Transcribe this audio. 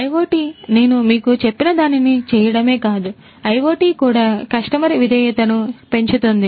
IoT నేను మీకు చెప్పినదానిని చేయడమే కాదు IoT కూడా కస్టమర్ విధేయతను పెంచుతుంది